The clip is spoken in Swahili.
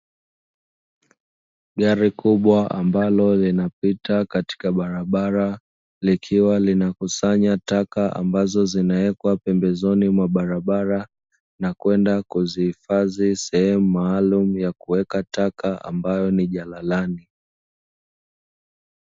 Gari kubwa ambalo linapita katika barabara likiwa linakusanya taka, ambazo zinawekwa pembezoni mwa barabara na kwenda kuzihifadhi sehemu maalumu ya kuweka taka ambayo ni jalalani.